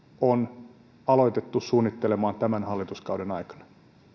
on aloitettu suunnittelemaan tämän hallituskauden aikana